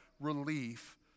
relief